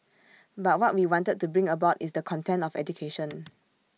but what we wanted to bring about is the content of education